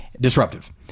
disruptive